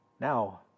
Now